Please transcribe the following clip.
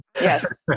Yes